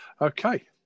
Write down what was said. Okay